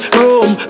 room